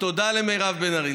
תודה למירב בן ארי.